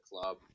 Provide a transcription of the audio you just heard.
club